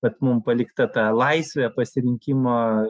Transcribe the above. kad mum palikta ta laisvė pasirinkimo